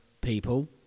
people